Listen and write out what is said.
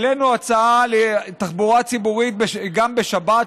העלינו הצעה לתחבורה ציבורית גם בשבת,